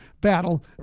battle